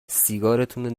سیگارتونو